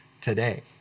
today